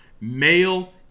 male